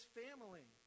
family